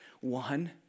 One